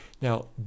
Now